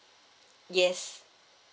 yes